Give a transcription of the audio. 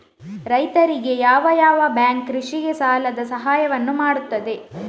ರೈತರಿಗೆ ಯಾವ ಯಾವ ಬ್ಯಾಂಕ್ ಕೃಷಿಗೆ ಸಾಲದ ಸಹಾಯವನ್ನು ಮಾಡ್ತದೆ?